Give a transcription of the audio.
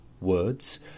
words